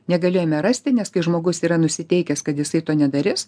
negalėjome rasti nes kai žmogus yra nusiteikęs kad jisai to nedaris